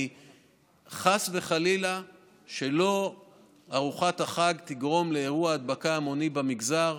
כי חס וחלילה שארוחת החג תגרום לאירוע הדבקה המוני במגזר,